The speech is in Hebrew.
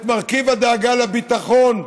את מרכיב הדאגה לביטחון,